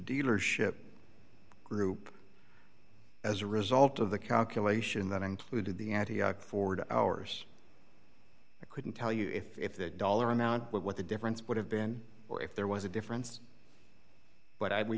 dealership group as a result of the calculation that included the antioch forward hours i couldn't tell you if that dollar amount what the difference would have been or if there was a difference but